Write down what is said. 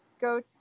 go